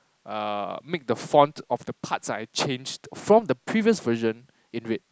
ah make the font of the parts I changed from the previous version in red